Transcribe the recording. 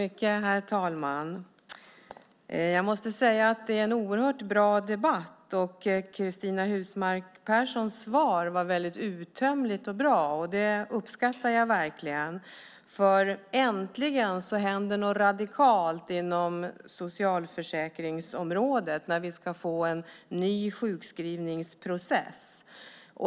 Herr talman! Jag måste säga att det är en oerhört bra debatt. Cristina Husmark Pehrssons svar var väldigt uttömmande och bra. Det uppskattar jag verkligen. Äntligen händer något radikalt inom socialförsäkringsområdet, när vi ska få en ny sjukskrivningsprocess.